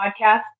podcast